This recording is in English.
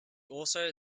also